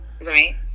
Right